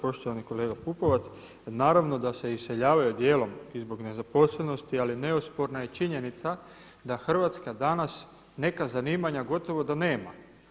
Poštovani kolega Pupovac, naravno da se iseljavaju dijelom i zbog nezaposlenosti ali neosporna je činjenica da Hrvatska danas neka zanimanja gotovo da nema.